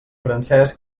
francès